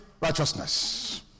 righteousness